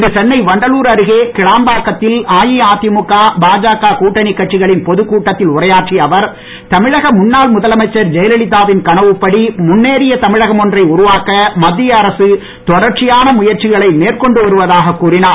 இன்று சென்னை வண்டலூர் அருகே கிளாம்பாக்கத்தில் அஇஅதிமுக பாஜக கூட்டணி கட்சிகளின் பொதுக் கூட்டத்தில் உரையாற்றிய அவர் தமிழக முன்னாள் முதலமைச்சர் ஜெயல்லிதாவின் கனவுப்படி முன்னேறிய தமிழகம் ஒன்றை உருவாக்க மத்திய அரசு தொடர்ச்சியான முயற்சிகளை மேற்கொண்டு வருவதாக கூறினார்